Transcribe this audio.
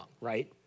right